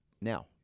Now